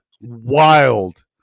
wild